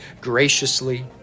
graciously